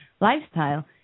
lifestyle